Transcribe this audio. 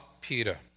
Peter